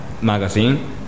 magazine